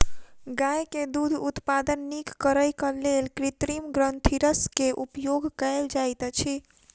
गाय के दूध उत्पादन नीक करैक लेल कृत्रिम ग्रंथिरस के उपयोग कयल जाइत अछि